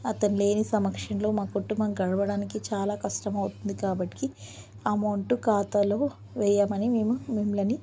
అతను లేని సమక్షంలో మా కుటుంబం గడవడానికి చాలా కష్టం అవుతుంది కాబట్టి అమౌంట్ ఖాతాలో వేయమని మేము మిమ్మల్ని